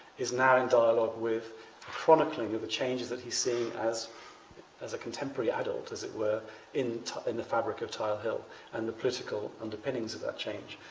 he's now in dialog with chronicling of the changes that he seeing as as a contemporary adult as it were in in the fabric of childhood and the political underpinnings of that change.